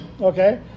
Okay